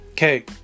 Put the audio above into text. Okay